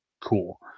cool